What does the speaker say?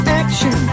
action